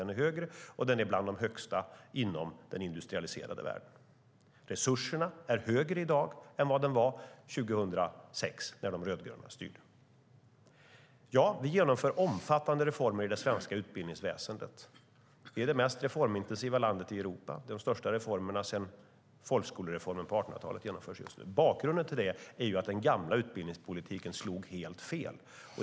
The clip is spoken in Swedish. Den är högre - bland de högsta i den industrialiserade världen. Resurserna är högre i dag än vad de var 2006, när de rödgröna styrde. Ja, vi genomför omfattande reformer i det svenska utbildningsväsendet. Vi är det mest reformintensiva landet i Europa. Just nu genomförs de största reformerna sedan folkskolereformen på 1800-talet. Bakgrunden till det är att den gamla utbildningspolitiken slog helt fel.